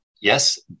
yes